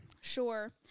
sure